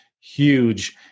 huge